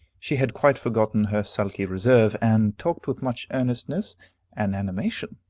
she had quite forgotten her sulky reserve, and talked with much earnestness and animation,